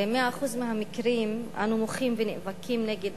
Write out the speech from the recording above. במאה אחוז של המקרים אנו מוחים ונאבקים נגד